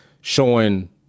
showing